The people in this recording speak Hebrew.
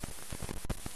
אני חושב שהנושא